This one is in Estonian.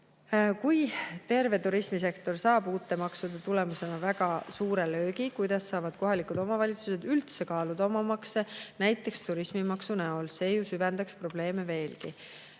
"Kui terve turismisektor saab uute maksude tulemusena väga suure löögi, kuidas saavad kohalikud omavalitsused üldse kaaluda oma makse, näiteks turismimaksu näol? See ju süvendaks probleeme veelgi."